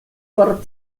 por